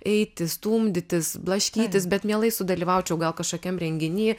eiti stumdytis blaškytis bet mielai sudalyvaučiau gal kažkokiam renginy